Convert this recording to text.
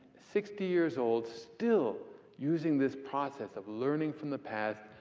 sixty years old, still using this process of learning from the past,